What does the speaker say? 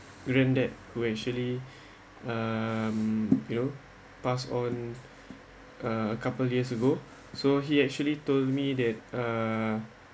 granddad who actually um you know pass on a couple years ago so he actually told me that uh